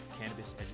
cannabis